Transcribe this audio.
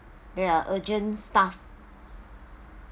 there are urgent stuff